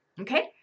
Okay